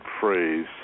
phrase